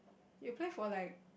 you play for like